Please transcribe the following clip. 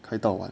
可以到完